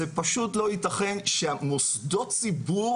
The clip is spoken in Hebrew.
זה פשוט לא ייתכן שמוסדות ציבור